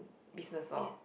business law